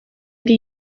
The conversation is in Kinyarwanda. yari